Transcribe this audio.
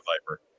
viper